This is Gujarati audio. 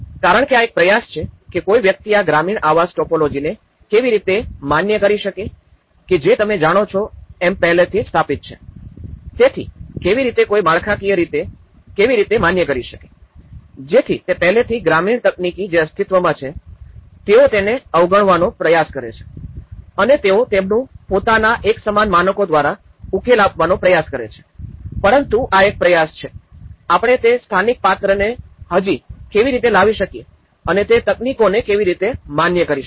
અને કારણ કે આ એક પ્રયાસ છે કે કોઈ વ્યક્તિ આ ગ્રામીણ આવાસ ટાઇપોલોજીને કેવી રીતે માન્ય કરી શકે કે જે તમે જાણો એમ પહેલેથી સ્થાપિત છે તેથી કેવી રીતે કોઈ માળખાકીય રીતે કેવી રીતે માન્ય કરી શકે છે જેથી તે પહેલેથી ગ્રામીણ તકનીકી જે અસ્તિત્વમાં છે તેઓ તેને અવગણવાનો પ્રયાસ કરે છે અને તેઓ તેમનું પોતાના એકસમાન માનકો દ્વારા ઉકેલ આપવાનો પ્રયાસ કરે છે પરંતુ આ એક પ્રયાસ છે આપણે તે સ્થાનિક પાત્રને હજી કેવી રીતે લાવી શકીએ અને તે તકનીકોને કેવી રીતે માન્ય કરી શકીએ